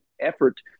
effort